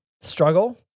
struggle